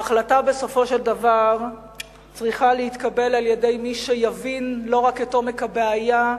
ההחלטה בסופו של דבר צריכה להתקבל על-ידי מי שיבין לא רק את עומק הבעיה,